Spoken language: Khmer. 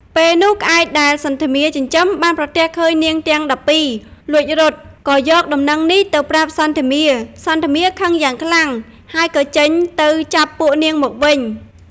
ពេលនោះក្អែកដែលសន្ធមារចិញ្ចឹមបានប្រទះឃើញនាងទាំង១២លួចរត់ ក៏យកដំណឹងនេះទៅប្រាប់សន្ធមារ សន្ធមារខឹងយ៉ាងខ្លាំង ហើយក៏ចេញទៅចាប់ពួកនាងមកវិញ។